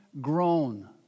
grown